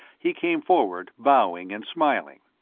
he came forward bowing and smiling.